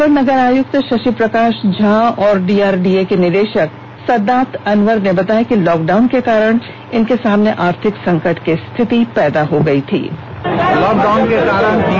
अपर नगर आयुक्त शशि प्रकाश झा और डीआरडीए के निदेशक सद्दात अनवर ने बताया कि लॉक डाउन के कारण इनके सामने आर्थिक संकट की स्थिति पैदा हो गई थी